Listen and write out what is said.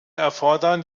erfordern